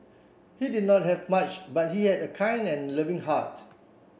he did not have much but he had a kind and loving heart